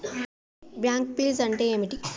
Bank ఫీజ్లు అంటే ఏమిటి?